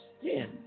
skin